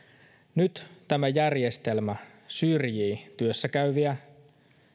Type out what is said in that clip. nyt tämä järjestelmä syrjii työssäkäyviä